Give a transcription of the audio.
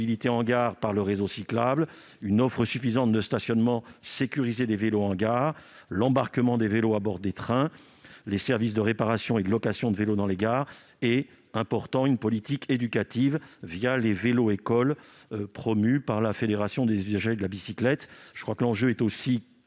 en gare le réseau cyclable, une offre suffisante de stationnement sécurisé des vélos en gare, l'embarquement des vélos à bord des trains, les services de réparation et de location de vélos dans les gares et une politique éducative les « vélos-écoles » et promue par la fédération des usagers de la bicyclette (FUB). L'enjeu est